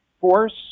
force